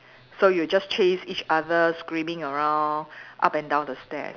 so you just chase each other screaming around up and down the stairs